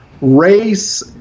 race